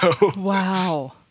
Wow